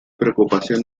preocupación